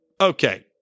Okay